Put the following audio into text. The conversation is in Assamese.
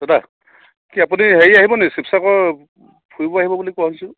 দাদা কি আপুনি হেৰি আহিব নি শিৱসাগৰ ফুৰিব আহিব বুলি কোৱা শুনিছোঁ